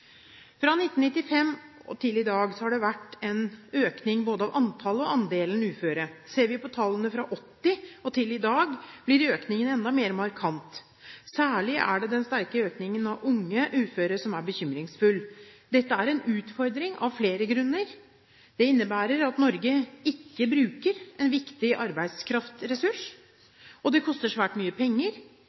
Fra 1995 og til i dag har det vært en økning både av antallet og andelen uføre. Ser vi på tallene fra 1980 og til i dag, blir økningen enda mer markant. Særlig er det den sterke økningen av unge uføre som er bekymringsfull. Dette er en utfordring av flere grunner. Det innebærer at Norge ikke bruker en viktig arbeidskraftressurs, og det koster svært mye penger.